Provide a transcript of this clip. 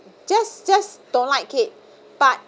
just just don't like it but